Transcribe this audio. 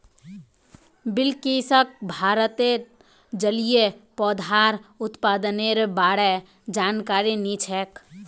बिलकिसक भारतत जलिय पौधार उत्पादनेर बा र जानकारी नी छेक